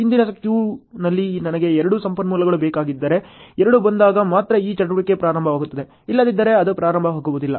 ಹಿಂದಿನ ಕ್ಯೂನಲ್ಲಿ ನನಗೆ ಎರಡು ಸಂಪನ್ಮೂಲಗಳು ಬೇಕಾಗಿದ್ದರೆ ಎರಡು ಬಂದಾಗ ಮಾತ್ರ ಈ ಚಟುವಟಿಕೆ ಪ್ರಾರಂಭವಾಗುತ್ತದೆ ಇಲ್ಲದಿದ್ದರೆ ಅದು ಪ್ರಾರಂಭವಾಗುವುದಿಲ್ಲ